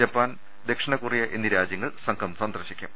Japan ദക്ഷിണകൊറി യ എന്നീ രാജൃങ്ങൾ സംഘം സന്ദർശിക്കും